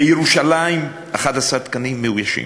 בירושלים, 11 תקנים מאוישים.